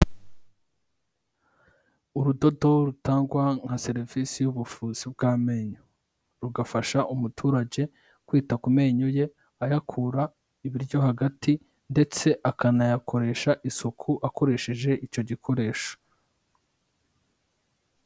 Urudodo rutangwa nka serivisi y'ubuvuzi bw'amenyo, rugafasha umuturage kwita ku menyo ye ayakura ibiryo hagati ndetse akanayakoresha isuku akoresheje icyo gikoresho.